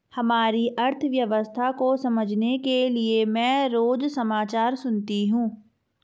हमारी अर्थव्यवस्था को समझने के लिए मैं रोज समाचार सुनती हूँ